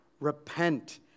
repent